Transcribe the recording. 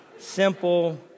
simple